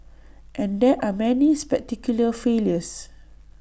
and there are many spectacular failures